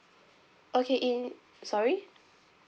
okay in sorry